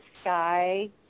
sky